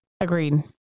Agreed